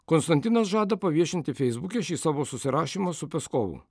konstantinas žada paviešinti feisbuke šį savo susirašymą su peskovu